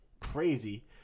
crazy